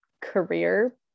career